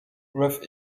russ